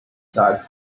side